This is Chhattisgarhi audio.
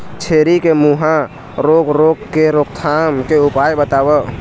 छेरी के मुहा रोग रोग के रोकथाम के उपाय बताव?